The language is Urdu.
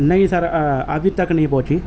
نہیں سر ابھی تک نہیں پہنچی